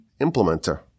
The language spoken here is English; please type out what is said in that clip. implementer